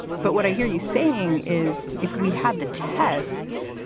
but what i hear you saying is if we had the tests,